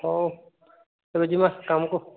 ହଉ ଏବେ ଯିବା କାମକୁ